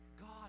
God